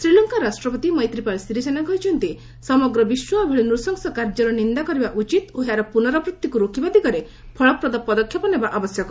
ଶ୍ରୀଲଙ୍କା ରାଷ୍ଟ୍ରପତି ମୈତ୍ରିପାଳ ସିରିସେନା କହିଛନ୍ତି ସମଗ୍ର ବିଶ୍ୱ ଏଭଳି ନୂଶ୍ଚସ କାର୍ଯ୍ୟର ନିନ୍ଦା କରିବା ଉଚିତ ଓ ଏହାର ପୁନରାବୃତ୍ତିକୁ ରୋକିବା ଦିଗରେ ଫଳପ୍ରଦ ପଦକ୍ଷେପ ନେବା ଆବଶ୍ୟକ